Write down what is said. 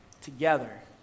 together